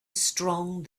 strong